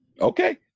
Okay